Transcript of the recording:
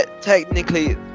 Technically